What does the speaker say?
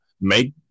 make